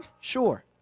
Sure